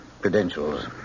credentials